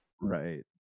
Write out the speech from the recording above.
Right